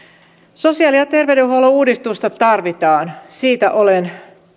sosiaali ja terveydenhuollon uudistusta tarvitaan siitä olen